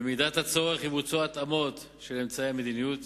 במידת הצורך, יבוצעו התאמות של אמצעי המדיניות.